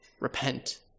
Repent